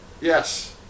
Yes